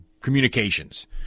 communications